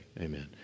Amen